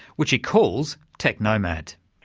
which he calls technomad.